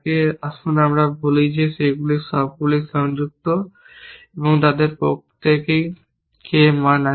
এবং আসুন আমরা বলি যে সেগুলির সবগুলিই সংযুক্ত এবং তাদের প্রত্যেকের K মান আছে